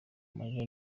amarira